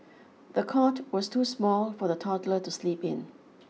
the cot was too small for the toddler to sleep in